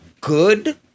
good